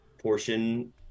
portion